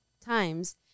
times